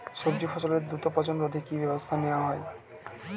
সবজি ফসলের দ্রুত পচন রোধে কি ব্যবস্থা নেয়া হতে পারে?